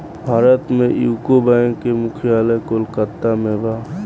भारत में UCO bank के मुख्यालय कोलकाता में बा